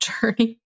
journey